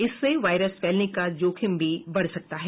इससे वायरस फैलने का जोखिम भी बढ़ सकता है